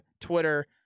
Twitter